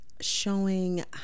showing